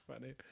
funny